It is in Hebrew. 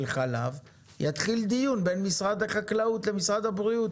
חלב יתחיל דיון בין משרד החקלאות למשרד הבריאות.